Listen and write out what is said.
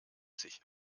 sich